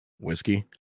Whiskey